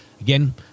again